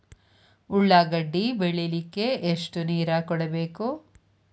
ಉಳ್ಳಾಗಡ್ಡಿ ಬೆಳಿಲಿಕ್ಕೆ ಎಷ್ಟು ನೇರ ಕೊಡಬೇಕು?